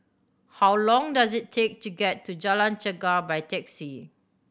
how long does it take to get to Jalan Chegar by taxi